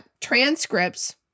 transcripts